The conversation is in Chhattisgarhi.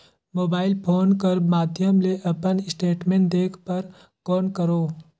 मोबाइल फोन कर माध्यम ले अपन स्टेटमेंट देखे बर कौन करों?